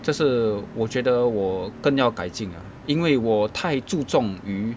这是我觉得我更要改进 ah 因为我太注重于